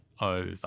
over